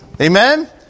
Amen